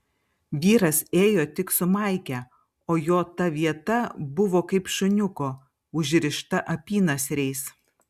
vyras ėjo tik su maike o jo ta vieta buvo kaip šuniuko užrišta apynasriais